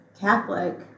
Catholic